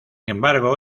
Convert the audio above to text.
embargo